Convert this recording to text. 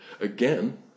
again